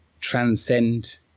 transcend